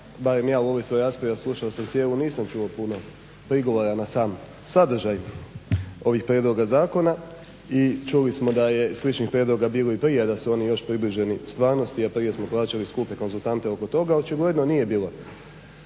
barem ja u ovoj svojoj raspravi a slušao sam cijelu nisam čuo puno prigovora na sam sadržaj ovih prijedloga zakona i čuli smo da je sličnih prijedloga bilo i prije, a da su oni još približeni stvarnosti a prije smo plaćali skupe konzultante oko toga, očigledno nije bilo